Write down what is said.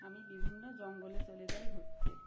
আমি বিভিন্ন জঙ্গলে চলে যাই ঘুরতে